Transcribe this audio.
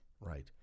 Right